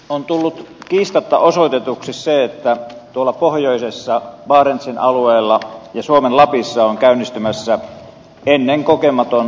on tullut kiistatta osoitetuksi se että tuolla pohjoisessa barentsin alueella ja suomen lapissa on käynnistymässä ennenkokematon investointiaalto